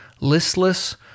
listless